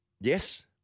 Yes